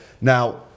Now